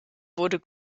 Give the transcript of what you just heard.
wurde